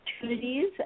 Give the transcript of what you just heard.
opportunities